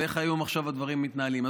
ואיך היום עכשיו הדברים מתנהלים.